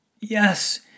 Yes